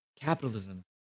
capitalism